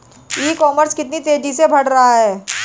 ई commerce कितनी तेजी से बढ़ रहा है?